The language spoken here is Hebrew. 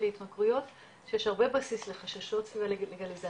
להתמכרויות שיש הרבה בסיס לחששות סביב הלגליזציה.